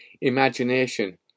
imagination